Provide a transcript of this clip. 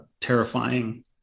terrifying